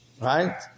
right